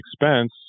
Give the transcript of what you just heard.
expense